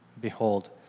Behold